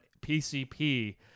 PCP